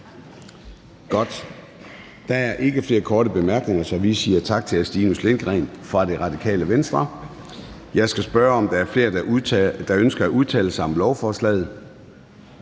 er der ikke flere korte bemærkninger, så vi siger tak til hr. Stinus Lindgreen fra Radikale Venstre. Jeg skal spørge, om der er flere, der ønsker at udtale sig om lovforslaget.